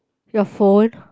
your phone